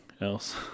else